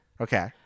Okay